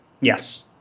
Yes